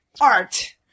Art